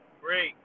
Great